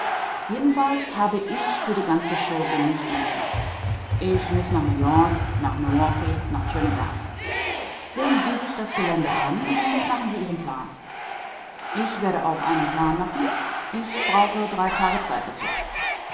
jedenfalls habe ich für die ganze chose nicht mehr zeit ich muß nach neuyork nach milwaukee nach trinidad sehen sie sich das gelände an und machen sie ihren plan ich werde auch einen plan machen ich brauche drei tage zeit dazu